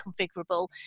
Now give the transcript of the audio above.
configurable